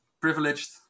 privileged